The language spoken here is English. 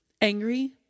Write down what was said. angry